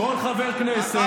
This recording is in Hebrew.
כל חבר כנסת,